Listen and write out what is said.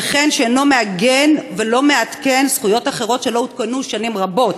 וכן שאינו מעגן ואינו מעדכן זכויות אחרות שלא עודכנו שנים רבות.